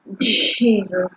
Jesus